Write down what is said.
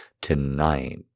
tonight